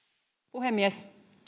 puhemies